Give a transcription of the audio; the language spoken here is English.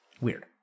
Weird